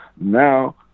now